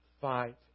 fight